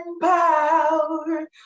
power